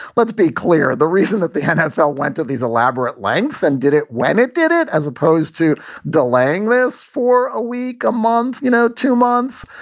let's be clear, the reason that they have felt went to these elaborate lengths and did it when it did it, as opposed to delaying this for a week, a month or you know two months,